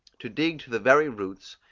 to dig to the very roots,